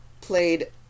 played